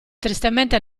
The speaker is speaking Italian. tristemente